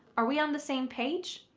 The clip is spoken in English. are we on the same page?